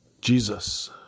Jesus